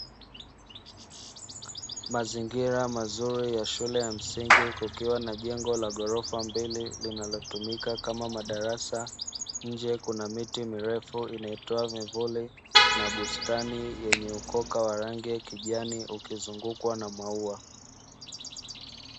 Mazingira mazuri ya shule ya msingi kukiwa na jengo la ghorofa mbele linalotumika kama madarasa, nje kuna miti mirefu inayotoa vivuli na bustani yenye ukoka wa rangi ya kijani ukizungukwa na maua.